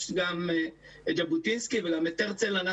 יש את ז'בוטינסקי וגם את הרצל.